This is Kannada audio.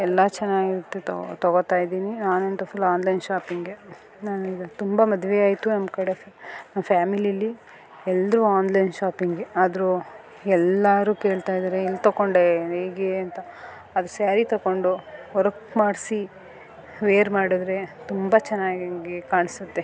ಎಲ್ಲ ಚೆನ್ನಾಗಿರುತ್ತೆ ತಗೊತಾಯಿದ್ದೀನಿ ನಾನಂತೂ ಫುಲ್ ಆನ್ಲೈನ್ ಶಾಪಿಂಗೆ ನಾನೀಗ ತುಂಬ ಮದುವೆ ಆಯಿತು ನಮ್ಮ ಕಡೆ ಫ್ಯಾಮಿಲೀಲಿ ಎಲ್ಲರೂ ಆನ್ಲೈನ್ ಶಾಪಿಂಗೆ ಆದರೂ ಎಲ್ಲರೂ ಕೇಳ್ತಾಯಿದ್ದಾರೆ ಎಲ್ಲಿ ತಗೊಂಡೆ ಹೇಗೆ ಅಂತ ಅದು ಸ್ಯಾರಿ ತಗೊಂಡು ವರ್ಕ್ ಮಾಡಿಸಿ ವೇರ್ ಮಾಡಿದ್ರೆ ತುಂಬ ಚೆನ್ನಾಗಿ ಕಾಣಿಸುತ್ತೆ